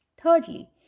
Thirdly